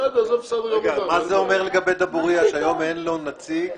מה זה אומר לגבי דבוריה שהיום אין לו נציג,